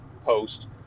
post